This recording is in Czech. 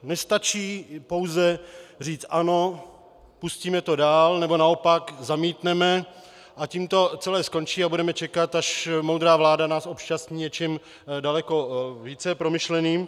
Nestačí pouze říct ano, pustíme to dál, nebo naopak zamítneme a tím to celé skončí a budeme čekat, až moudrá vláda nás obšťastní něčím daleko více promyšleným.